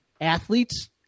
athletes